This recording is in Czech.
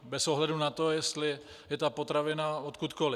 Bez ohledu na to, jestli je ta potravina odkudkoli.